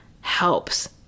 helps